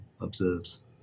observes